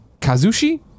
Kazushi